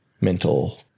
mental